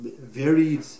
varied